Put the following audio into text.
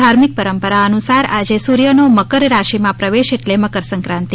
ધાર્મિક પરંપરા અનુસાર આજે સૂર્યનો મકર રાશિમાં પ્રવેશ એટલે મકરસંક્રાંતિ